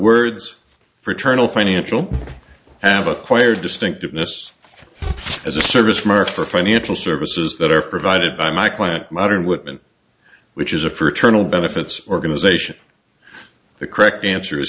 words fraternal financial and of acquired distinctiveness as a service mark for financial services that are provided by my client modern whitman which is a for eternal benefits organization the correct answer is